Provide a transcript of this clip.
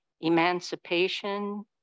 emancipation